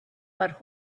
but